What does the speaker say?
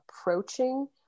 approaching